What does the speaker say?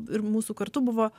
ir mūsų kartu buvo